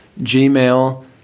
Gmail